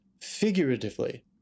figuratively